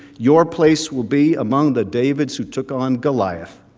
your place will be among the davids who took on goliath,